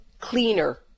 cleaner